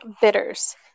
bitters